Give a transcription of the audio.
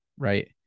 Right